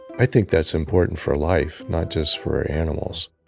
i think that's important for life, not just for animals